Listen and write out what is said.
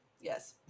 Yes